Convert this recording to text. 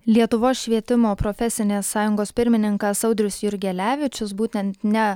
lietuvos švietimo profesinės sąjungos pirmininkas audrius jurgelevičius būtent ne